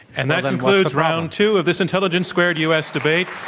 and that concludes round two of this intelligence squared u. s. debate,